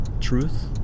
truth